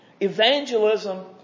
Evangelism